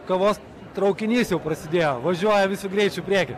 kavos traukinys jau prasidėjo važiuoja visu greičiu į priekį